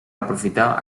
aprofitar